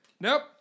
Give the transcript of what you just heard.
Nope